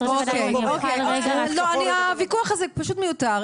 האם אני עדיין אוכל --- הוויכוח הזה מיותר.